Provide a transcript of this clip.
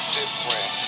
different